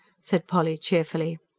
said polly cheerfully.